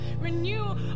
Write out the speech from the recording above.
renew